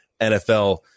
NFL